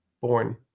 born